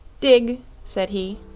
dig, said he.